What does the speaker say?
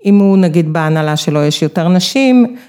אם הוא נגיד בהנהלה שלא יש יותר נשים.